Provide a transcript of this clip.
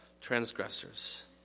transgressors